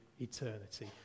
eternity